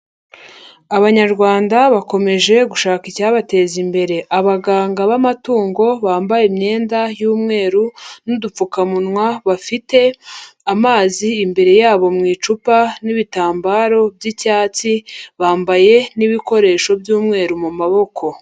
Abanyarwanda bakomeje gushaka icyabateza imbere. Abaganga b'amatungo bambaye imyenda y'umweru n'udupfukamunwa bafite amazi imbere yabo mu icupa n'ibitambaro by'icyatsi, bambaye n'ibikoresho by'umweru mu maboko.